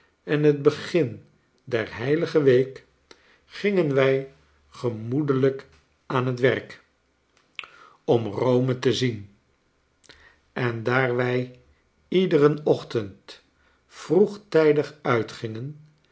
en het begin der heilige week gingen wij gemoedelijk aan het werk om rome te zien en daar wij iederen ochtend vroegtijdig uitgingen